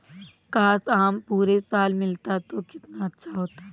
काश, आम पूरे साल मिलता तो कितना अच्छा होता